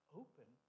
open